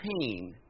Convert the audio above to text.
pain